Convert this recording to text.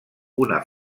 una